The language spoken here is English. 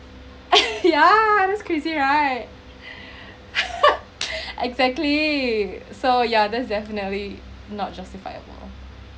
yeah I'm just crazy right right exactly so yeah that's definitely not justified